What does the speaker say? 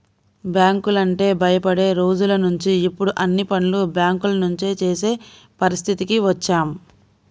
బ్యాంకులంటే భయపడే రోజులనుంచి ఇప్పుడు అన్ని పనులు బ్యేంకుల నుంచే చేసే పరిస్థితికి వచ్చాం